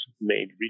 made